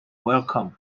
welcomed